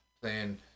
playing